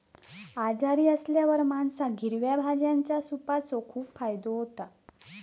आजारी असल्यावर माणसाक हिरव्या भाज्यांच्या सूपाचो खूप फायदो होता